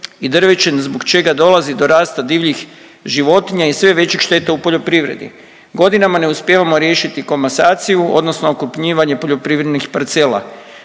i drvećem zbog čega dolazi do rasta divljih životinja i sve većih šteta u poljoprivredi. Godinama ne uspijevamo riješiti komasaciju odnosno okrupnjivanje poljoprivrednih parcela.